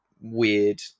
weird